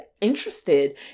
interested